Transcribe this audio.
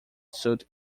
suit